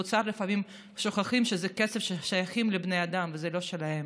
באוצר בסוף שוכחים שזה כסף ששייך לבני אדם וזה לא שלהם.